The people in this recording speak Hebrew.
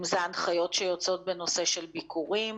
אם זה ההנחיות שיוצאות בנושא של ביקורים,